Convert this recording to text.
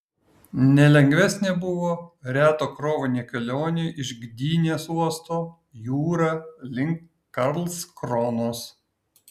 nelengvesnė buvo reto krovinio kelionė iš gdynės uosto jūra link karlskronos